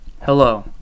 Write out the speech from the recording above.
Hello